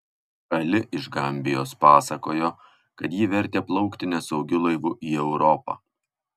ali iš gambijos pasakojo kad jį vertė plaukti nesaugiu laivu į europą